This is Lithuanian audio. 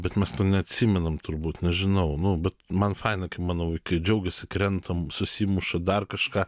bet mes to neatsimenam turbūt nežinau nu bet man faina kai mano vaikai džiaugiasi krentam susimuša dar kažką